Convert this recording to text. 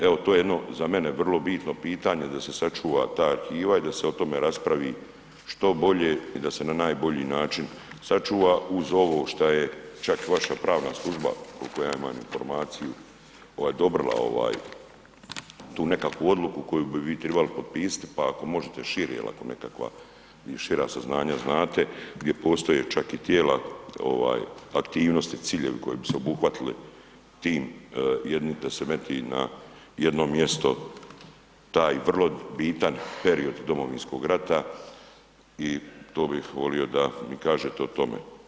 Evo to je jedno za mene vrlo bitno pitanje da se sačuva ta arhiva i da se o tome raspravi što bolje, i da se na najbolji način sačuva uz ovo šta je čak i vaša pravna služba, koliko ja imam informaciju, koja je odobrila ovaj tu nekakvu odluku koji bi trebali potpisati pa ako možete šira nekakva, šira saznanja znate, gdje postoje čak i tijela aktivnosti, ciljevi koji bi se obuhvatili tim jednim da se metne na jedno mjesto taj vrlo bitan period Domovinskog rata i to bih volio da mi kažete o tome.